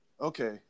Okay